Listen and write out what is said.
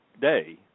day